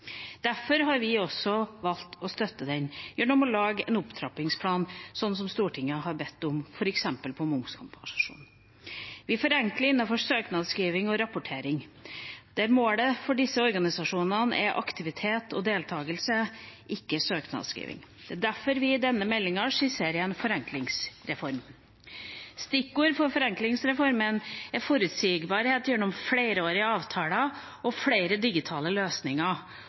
Derfor har vi valgt å støtte den gjennom å lage en opptrappingsplan, slik Stortinget har bedt om, f.eks. på momskompensasjon. Vi forenkler innenfor søknadsskriving og rapportering. Målet for disse organisasjonene er aktivitet og deltakelse, ikke søknadsskriving. Derfor skisserer vi i denne meldinga en forenklingsreform. Stikkord for forenklingsreformen er forutsigbarhet gjennom flerårige avtaler, flere digitale løsninger,